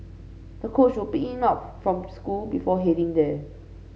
the coach would pick him up from school before heading there